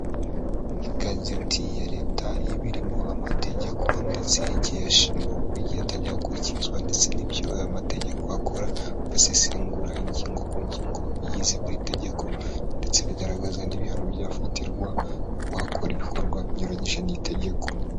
Igazeti ya leta iba iririmo amategeko ndetse igihe yashiriwe igihe atajya gukurikizwa, ndetse n'ibyo aya mategeko akora asesengura ingingo ku ngingo igize buri tegeko, ndetse bigaragaza n'ibihano byafatirwa wakora ibikorwa binyuranyije n'itegeko.